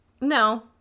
No